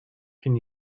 can